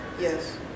Yes